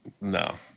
No